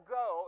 go